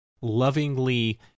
lovingly